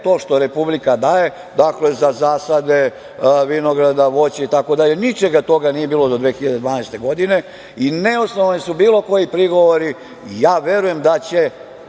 to što Republika daje. Dakle, za zasade vinograda, voće itd, ničega toga nije bilo do 2012. godine i neosnovani su bilo koji prigovori i verujem da će